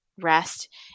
rest